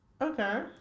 Okay